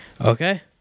Okay